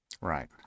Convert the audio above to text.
Right